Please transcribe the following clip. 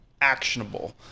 actionable